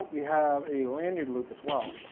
we have a lanyard loop as well.